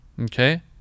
Okay